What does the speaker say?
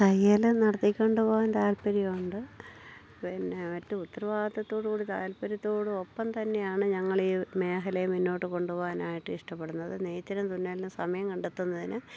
തയ്യൽ നടത്തിക്കൊണ്ടു പോവാൻ താല്പര്യമുണ്ട് പിന്നെ മറ്റു ഉത്തരവാദത്തോടുകൂടി താല്പര്യത്തോടും ഒപ്പം തന്നെയാണ് ഞങ്ങൾ ഈ മേഖലയും മുന്നോട്ട് കൊണ്ടു പോകാനായിട്ട് ഇഷ്ടപ്പെടുന്നത് നെയ്ത്തിനും തുന്നലിനും സമയം കണ്ടെത്തുന്നതിന്